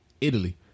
Italy